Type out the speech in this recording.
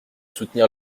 soutenir